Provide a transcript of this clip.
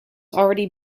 already